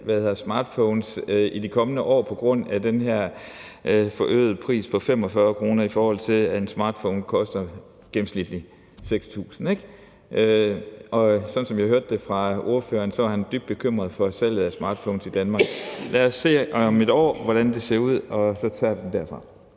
salget af smartphones i de kommende år på grund af den her forøgede pris på 45 kr., i forhold til at en smartphone gennemsnitligt koster 6.000 kr., ikke? Sådan som jeg hørte det fra ordførerens side, så er han dybt bekymret for salget af smartphones i Danmark. Lad os se om et år, hvordan det ser ud, og så tage den derfra.